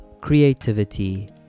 creativity